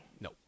No